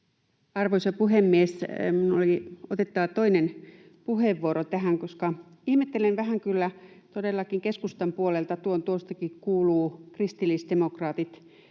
Arvoisa puhemies! Minun oli otettava toinen puheenvuoro tähän, koska ihmettelen vähän kyllä sitä, että todellakin keskustan puolelta tuon tuostakin kuuluu ”kristillisdemokraatit”